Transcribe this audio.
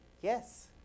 Yes